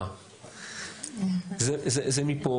זה מפה,